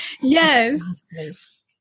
Yes